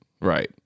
right